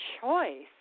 choice